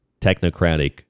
technocratic